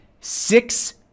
six